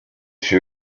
sur